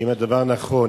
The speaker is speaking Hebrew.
1. האם הדבר נכון?